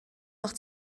auch